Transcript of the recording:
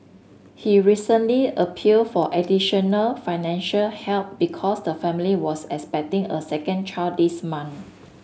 he recently appealed for additional financial help because the family was expecting a second child this month